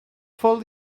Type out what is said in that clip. follow